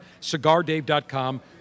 Cigardave.com